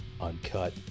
uncut